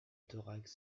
thorax